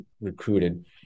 recruited